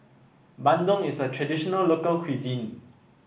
bandung is a traditional local cuisine